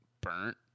burnt